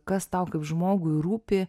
kas tau kaip žmogui rūpi